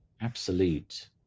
absolute